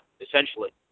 essentially